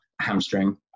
hamstring